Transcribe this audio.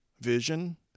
vision